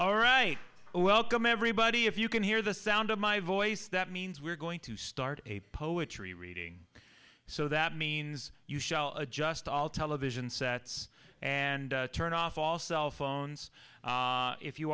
right welcome everybody if you can hear the sound of my voice that means we're going to start a poetry reading so that means you shall adjust all television sets and turn off all cell phones if you